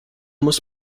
muss